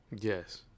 yes